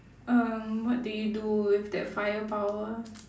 um what do you do with that fire power